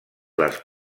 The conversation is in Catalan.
les